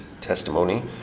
testimony